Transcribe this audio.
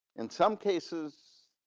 in some cases,